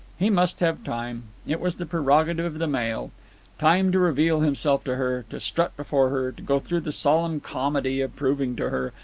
he must have time, it was the prerogative of the male time to reveal himself to her, to strut before her, to go through the solemn comedy of proving to her,